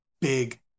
big